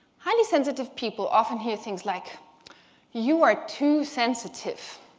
highly sensitive people often hear things like you are too sensitive,